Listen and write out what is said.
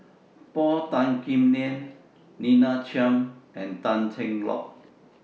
Paul Tan Kim Liang Lina Chiam and Tan Cheng Lock